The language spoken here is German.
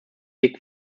dick